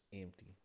empty